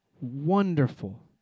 wonderful